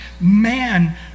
man